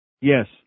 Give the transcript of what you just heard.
Yes